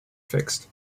fixed